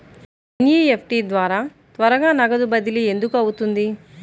NEFT ద్వారా త్వరగా నగదు బదిలీ ఎందుకు అవుతుంది?